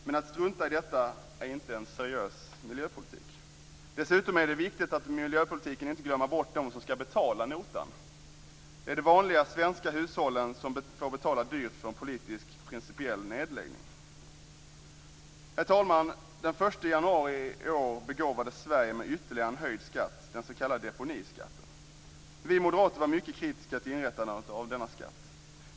Men att strunta i detta är inte en seriös miljöpolitik. Dessutom är det viktigt i miljöpolitiken att inte glömma bort dem som ska betala notan. Det är de vanliga svenska hushållen som får betala dyrt för en politiskt principiell nedläggning. Herr talman! Den 1 januari i år begåvades Sverige med ytterligare en höjd skatt, den s.k. deponiskatten. Vi moderater var mycket kritiska till inrättandet av denna skatt.